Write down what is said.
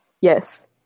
Yes